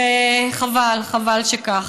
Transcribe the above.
וחבל, חבל שכך.